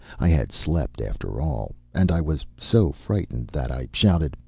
i had slept, after all, and i was so frightened that i shouted,